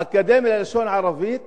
האקדמיה ללשון ערבית,